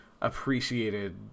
appreciated